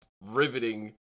riveting